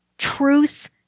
Truth